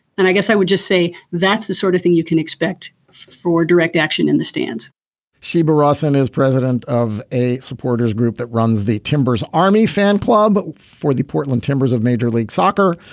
and i guess i would just say that's the sort of thing you can expect for direct action in the stands sheba rosin is president of a supporter's group that runs the timbers army fan club but for the portland timbers of major league soccer.